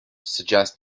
suggest